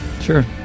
Sure